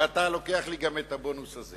ואתה לוקח לי גם את הבונוס הזה.